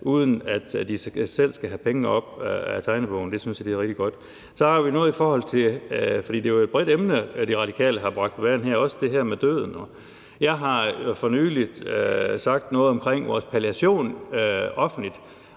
uden at de selv skal have pengene op af tegnebogen. Det synes jeg er rigtig godt. Det er jo et bredt emne, Radikale har bragt på bane, også det her med døden. Jeg har for nylig sagt noget om vores palliation offentligt,